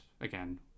again